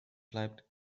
bleibt